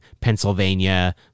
Pennsylvania